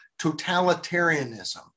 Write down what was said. totalitarianism